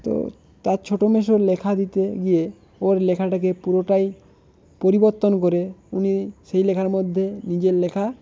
তো তার ছোটো মেসোর লেখা দিতে গিয়ে ওর লেখাটাকে পুরোটাই পরিবর্তন করে উনি সেই লেখার মধ্যে নিজের লেখা